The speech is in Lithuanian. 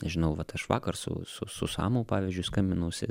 nežinau vat aš vakar su su su samu pavyzdžiui skambinausi